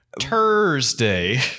Thursday